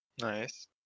Nice